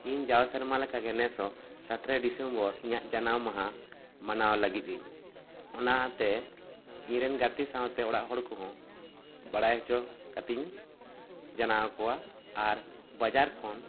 ᱤᱧ ᱡᱟᱣ ᱥᱮᱨᱢᱟ ᱞᱮᱠᱟᱜᱮ ᱱᱮᱥ ᱦᱚᱸ ᱥᱟᱛᱨᱮ ᱰᱤᱥᱚᱢᱵᱚᱨ ᱤᱧᱟᱹᱜ ᱡᱟᱱᱟᱢ ᱢᱟᱦᱟ ᱢᱟᱱᱟᱣ ᱞᱟᱹᱜᱤᱫ ᱤᱧ ᱚᱱᱟᱛᱮ ᱤᱧ ᱨᱮᱱ ᱜᱟᱛᱮ ᱥᱟᱶ ᱛᱮ ᱚᱲᱟᱜ ᱦᱚᱲ ᱠᱚᱦᱚᱸ ᱵᱟᱲᱟᱭ ᱦᱚᱪᱚ ᱠᱟᱛᱮ ᱤᱧ ᱡᱟᱱᱟᱣ ᱟᱠᱚᱣᱟ ᱟᱨ ᱵᱟᱡᱟᱨ ᱠᱷᱚᱱ